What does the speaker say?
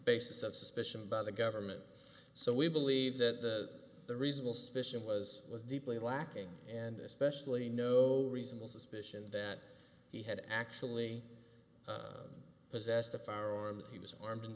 basis of suspicion by the government so we believe that the reasonable suspicion was was deeply lacking and especially no reasonable suspicion that he had actually possessed a firearm that he was armed and